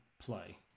play